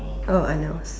oh Arnold's